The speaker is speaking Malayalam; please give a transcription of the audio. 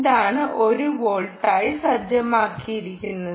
ഇൻപുട്ട് 1 വോൾട്ടായി സജ്ജമാക്കിയിരിക്കുന്നു